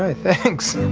ah thanks.